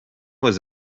was